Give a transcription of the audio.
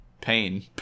pain